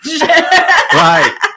Right